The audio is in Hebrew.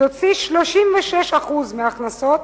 תוציא 36% מהכנסות